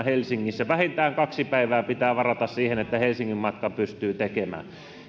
helsingissä vähintään kaksi päivää pitää varata siihen että helsingin matkan pystyy tekemään